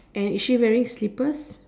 and is she wearing slippers